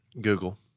Google